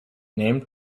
named